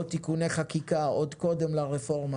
או תיקוני חקיקה עוד קודם לרפורמה